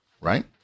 right